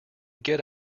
get